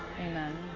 Amen